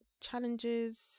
challenges